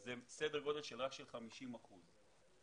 זה סדר גודל של 50 אחוזים.